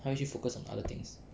他去 focus on other things